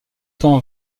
temps